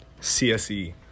CSE